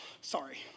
Sorry